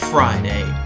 Friday